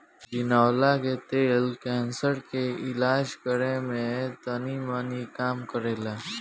बिनौला के तेल कैंसर के इलाज करे में तनीमनी काम करेला